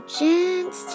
chance